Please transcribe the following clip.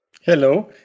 Hello